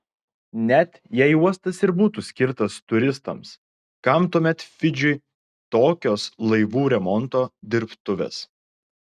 net jei uostas ir būtų skirtas turistams kam tuomet fidžiui tokios laivų remonto dirbtuvės